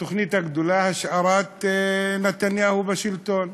התוכנית הגדולה: השארת נתניהו בשלטון.